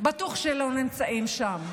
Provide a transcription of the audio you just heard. בטוח שלא נמצאים שם.